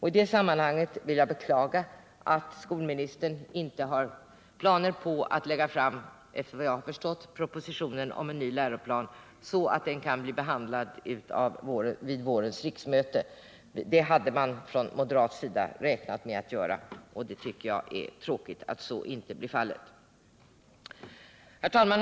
I det sammanhanget vill jag beklaga att skolministern, efter vad jag förstått, inte har några planer på att lägga fram propositionen om en ny läroplan i sådan tid att den kan behandlas av årets riksmöte. Vi hade på moderat håll räknat med att så skulle bli fallet. Herr talman!